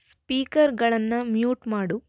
ಸ್ಪೀಕರ್ಗಳನ್ನು mute ಮಾಡು